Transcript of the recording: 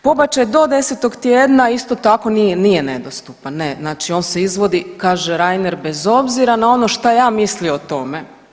Pobačaj do 10. tjedna isto tako nije nedostupan, ne, znači on se izvodi, kaže Reiner, bez obzira na ono što ja mislio o tome.